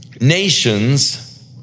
nations